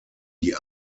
die